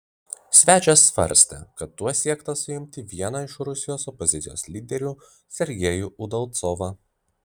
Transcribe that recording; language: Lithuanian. svečias svarstė kad tuo siekta suimti vieną iš rusijos opozicijos lyderių sergejų udalcovą